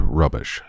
rubbish